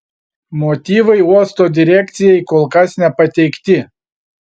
motyvai uosto direkcijai kol kas nepateikti